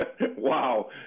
Wow